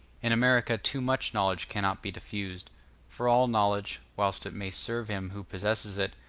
in america too much knowledge cannot be diffused for all knowledge, whilst it may serve him who possesses it,